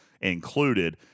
included